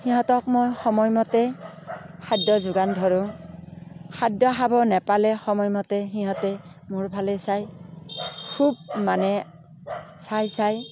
সিহঁতক মই সময়মতে খাদ্য়ৰ যোগান ধৰোঁ খাদ্য় খাব নেপালে সময়মতে সিহঁতে মোৰ ফালে চাই খুব মানে চাই চাই